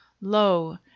lo